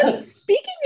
Speaking